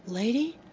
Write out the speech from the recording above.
lady,